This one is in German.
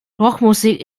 rockmusik